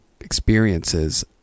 experiences